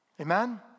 Amen